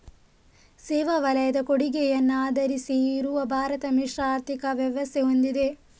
ಸೇವಾ ವಲಯದ ಕೊಡುಗೆಯನ್ನ ಆಧರಿಸಿ ಇರುವ ಭಾರತ ಮಿಶ್ರ ಆರ್ಥಿಕ ವ್ಯವಸ್ಥೆ ಹೊಂದಿದೆ